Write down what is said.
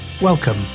Welcome